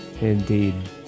Indeed